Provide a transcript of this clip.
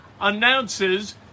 announces